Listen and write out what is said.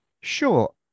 Sure